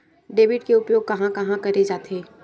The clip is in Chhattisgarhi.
डेबिट के उपयोग कहां कहा करे जाथे?